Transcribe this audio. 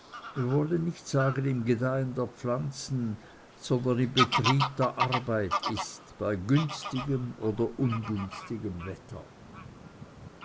wir wollen nicht sagen im gedeihen der pflanzen sondern im betrieb der arbeit ist bei günstigem oder ungünstigem wetter